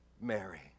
Mary